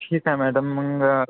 ठीक आहे मॅडम मग